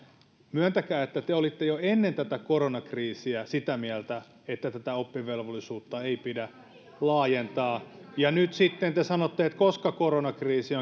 myöntäkää että te olitte jo ennen tätä koronakriisiä sitä mieltä että oppivelvollisuutta ei pidä laajentaa ja nyt sitten te sanotte että koska koronakriisi